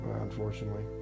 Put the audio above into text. unfortunately